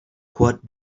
what